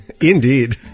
indeed